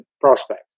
prospect